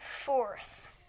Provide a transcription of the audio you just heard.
Fourth